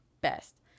best